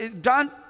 Don